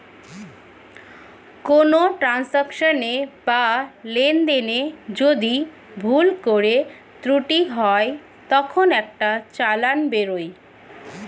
কোনো ট্রান্সাকশনে বা লেনদেনে যদি ভুল করে ত্রুটি হয় তখন একটা চালান বেরোয়